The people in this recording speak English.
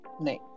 No